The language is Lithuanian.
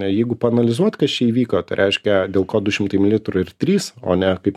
jeigu paanalizuot kas čia įvyko tai reiškia dėl ko du šimtai mililitrų ir trys o ne kaip